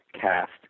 cast